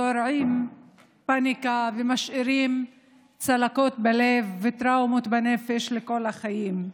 זורעים פניקה ומשאירים צלקות בלב וטראומות בנפש לכל החיים.